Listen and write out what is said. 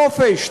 נופש,